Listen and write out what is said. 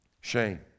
shame